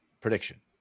prediction